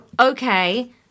Okay